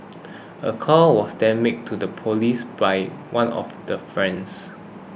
a call was then made to the police by one of the friends